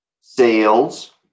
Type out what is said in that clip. sales